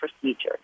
procedures